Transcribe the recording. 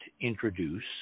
introduce